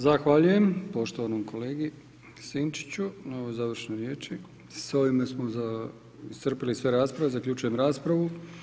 Zahvaljujem poštovanom kolegi Sinčiću na ovoj završnoj riječi, s ovime smo iscrpili sve rasprave, zaključujem raspravu.